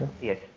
Yes